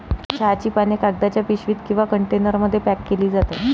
चहाची पाने कागदाच्या पिशवीत किंवा कंटेनरमध्ये पॅक केली जातात